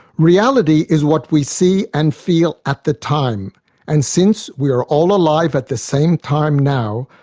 reality is what we see and feel at the time and since we are all alive at the same time now,